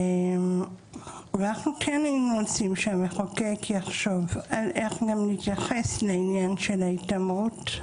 ואנחנו היינו רוצים שהמחוקק יחשוב איך להתייחס גם לעניין של ההתעמרות.